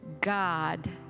God